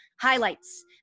highlights